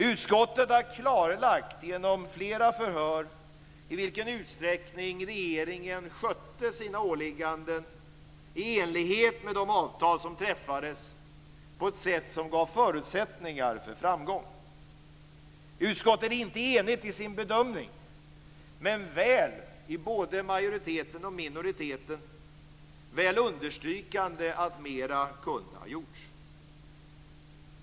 Utskottet har genom flera förhör klarlagt i vilken utsträckning regeringen skötte sina åligganden i enlighet med de avtal som träffades på ett sätt som gav förutsättningar för framgång. Utskottet är inte enigt i sin bedömning, men både majoriteten och minoriteten understryker att mera kunde ha gjorts.